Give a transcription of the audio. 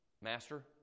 master